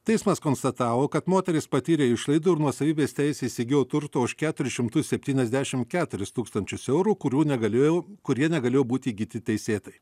teismas konstatavo kad moteris patyrė išlaidų ir nuosavybės teise įsigijo turto už keturis šimtus septyniasdešim keturis tūkstančius eurų kurių negalėjo kurie negalėjo būti įgyti teisėtai